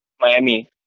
Miami